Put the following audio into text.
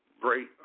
great